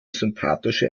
sympathische